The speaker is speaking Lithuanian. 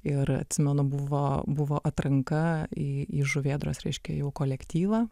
ir atsimenu buvo buvo atranka į į žuvėdros reiškia jau kolektyvą